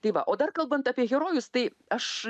tai va o dar kalbant apie herojus tai aš